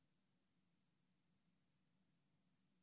מיקי